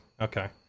okay